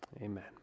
Amen